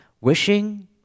Wishing